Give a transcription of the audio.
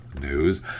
News